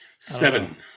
seven